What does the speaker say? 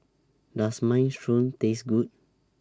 Does Minestrone Taste Good